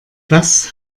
das